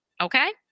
Okay